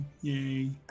Yay